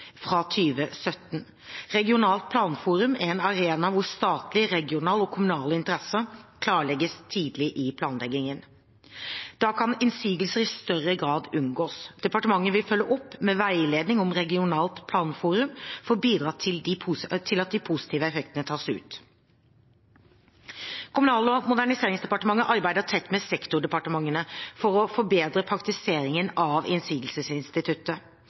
fra 2017. Regionalt planforum er en arena der statlige, regionale og kommunale interesser klarlegges tidlig i planleggingen. Da kan innsigelser i større grad unngås, Departementet vil følge opp med veiledning om regionalt planforum for å bidra til at de positive effektene tas ut. Kommunal- og moderniseringsdepartementet arbeider tett med sektordepartementene for å forbedre praktiseringen av innsigelsesinstituttet.